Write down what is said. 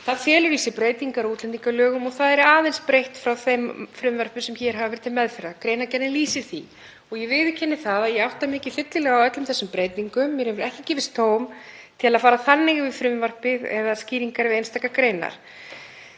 Það felur í sér breytingar á útlendingalögum og er aðeins breytt frá þeim frumvörpum sem hér hafa verið til meðferðar, greinargerðin lýsir því. Ég viðurkenni að ég átta mig ekki fyllilega á öllum þessum breytingum. Mér hefur ekki gefist tóm til að fara þannig yfir frumvarpið eða skýringar við einstakar greinar.